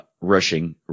rushing